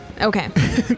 Okay